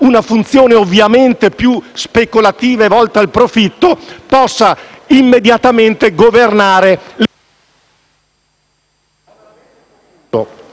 una funzione ovviamente più speculativa e volta al profitto), possa immediatamente governare le singole